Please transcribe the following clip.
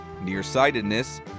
nearsightedness